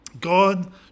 God